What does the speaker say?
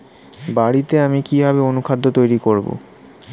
বাড়িতে আমি কিভাবে অনুখাদ্য তৈরি করব?